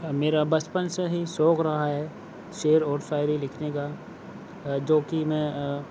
میرا بچپن سے ہی سوگ رہا ہے شعر اور شاعری لکھنے کا آ جو کہ میں